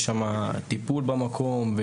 יש שם טיפול במקום,